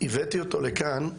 הבאתי אותו לכאן,